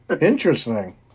interesting